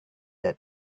that